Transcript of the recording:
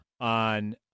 on